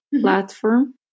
platform